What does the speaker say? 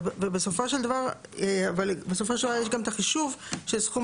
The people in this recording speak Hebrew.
ובסופו של דבר יש גם את החישוב של סכום